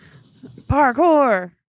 Parkour